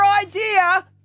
idea